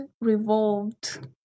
revolved